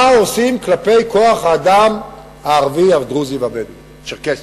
מה עושים כלפי כוח-האדם הערבי, הדרוזי והצ'רקסי.